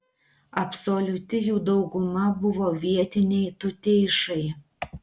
absoliuti jų dauguma buvo vietiniai tuteišai